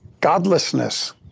godlessness